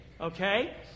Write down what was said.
okay